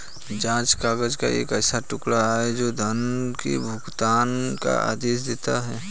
जाँच काग़ज़ का एक ऐसा टुकड़ा, जो धन के भुगतान का आदेश देता है